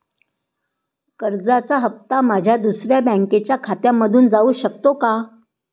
कर्जाचा हप्ता माझ्या दुसऱ्या बँकेच्या खात्यामधून जाऊ शकतो का?